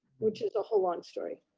which is a whole long story,